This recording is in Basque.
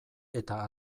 eta